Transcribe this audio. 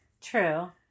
True